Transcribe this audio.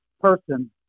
person